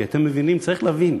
כי אתם מבינים, צריך להבין,